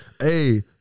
Hey